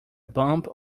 bump